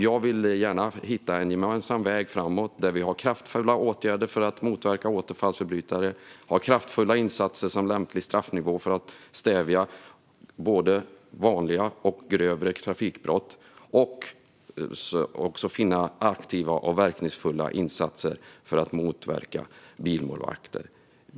Jag vill gärna hitta en gemensam väg framåt där vi har kraftfulla åtgärder för att motverka återfallsförbrytare och kraftfulla insatser som lämplig straffnivå för att stävja både vanliga och grövre trafikbrott. Det handlar också om att finna aktiva och verkningsfulla insatser för att motverka bilmålvakter.